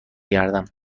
گردم